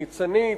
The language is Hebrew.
ניצנית,